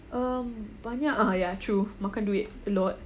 ya true makan duit a lot